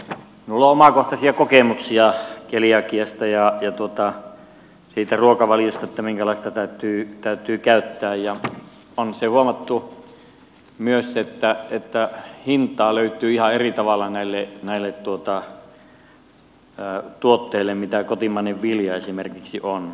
minulla on omakohtaisia kokemuksia keliakiasta ja siitä ruokavaliosta minkälaista täytyy käyttää ja on se huomattu myös että hintaa löytyy ihan eri tavalla näille tuotteille mitä kotimainen vilja esimerkiksi on